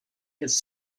his